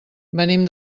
venim